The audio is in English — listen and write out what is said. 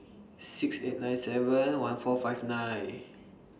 six eight nine seven one four five nine